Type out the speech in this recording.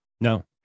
No